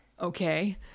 Okay